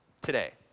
Today